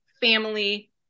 family